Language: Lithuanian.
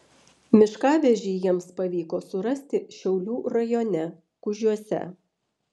miškavežį jiems pavyko surasti šiaulių rajone kužiuose